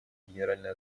генеральной